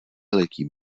veliký